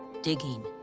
digging,